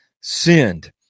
sinned